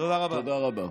תודה רבה.